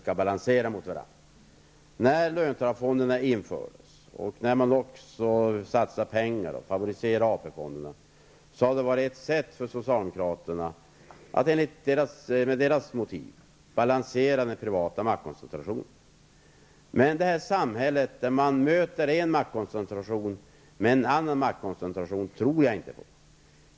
Införandet av löntagarfonderna och penningsatsningarna för att favorisera AP-fonderna har varit ett sätt för socialdemokraterna att balansera den privata maktkoncentrationen, men jag tror inte på ett samhälle där man möter en maktkoncentration med en annan.